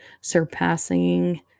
surpassing